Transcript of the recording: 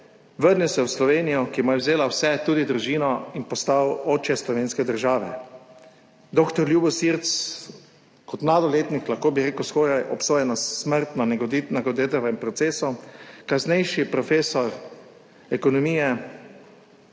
vrnil se v Slovenijo, ki mu je vzela vse, tudi družino, in postal oče slovenske države; dr. Ljubo Sirc, kot mladoletnik skoraj obsojen na smrt na Nagodetovem procesu; kasnejši profesor ekonomije